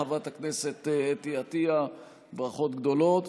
אותך, חברת הכנסת אתי עטייה, ברכות גדולות.